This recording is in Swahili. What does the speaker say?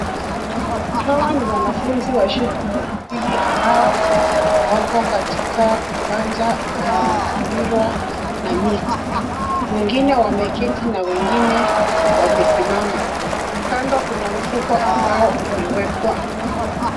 Hawa ni wanafuzi wa shule ya upili ambao wako katika uwanja unaozingirwa na miti. Wengine wameketi na wengine wamesimama. Kando kuna mfuko ambao umewekwa.